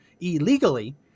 illegally